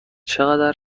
چقدر